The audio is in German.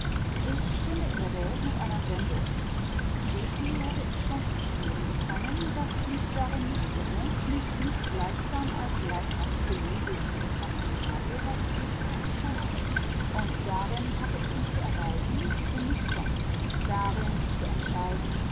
ich stünde in der welt mit einer sendung so viel hätte ich schon zu spüren bekommen daß ich mich darin nicht irre mich nicht gleichsam als leibhaftige lüge zu betrachten habe was dieses bewußtsein anging und darin hatte ich mich zu erweisen in nichts sonst darin zu entscheiden